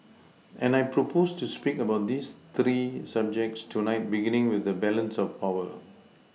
and I propose to speak about these three subjects tonight beginning with the balance of power